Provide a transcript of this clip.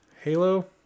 Halo